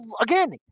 Again